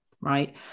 right